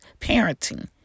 parenting